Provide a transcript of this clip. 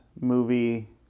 movie